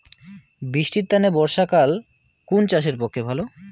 বৃষ্টির তানে বর্ষাকাল কুন চাষের পক্ষে ভালো?